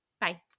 Bye